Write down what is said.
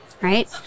right